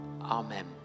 Amen